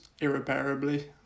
irreparably